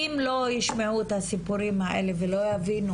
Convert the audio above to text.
אם לא ישמעו את הסיפורים האלה ולא יבינו,